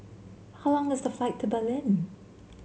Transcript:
how long is the flight to Berlin